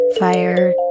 fire